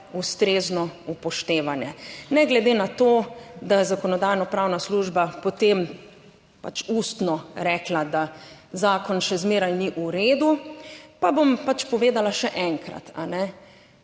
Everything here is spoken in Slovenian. ustrezno upoštevane. Ne glede na to, da je Zakonodajno-pravna služba potem pač ustno rekla, da zakon še zmeraj ni v redu, pa bom pač povedala še enkrat.